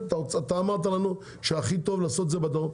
אתה אמרת לנו שהכי טוב לעשות את זה בדרום,